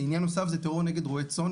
עניין נוסף זה טרור נגד רועי צאן.